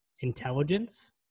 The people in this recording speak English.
Intelligence